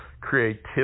creativity